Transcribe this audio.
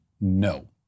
no